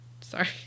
Sorry